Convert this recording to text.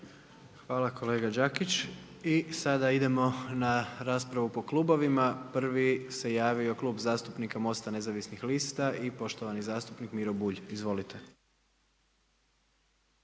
Hvala kolega Đakić. I sada idemo na raspravu po klubovi. Prvi se javio Klub zastupnika Mosta nezavisnih lista i poštovani zastupnik Miro Bulj. Izvolite.